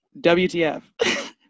WTF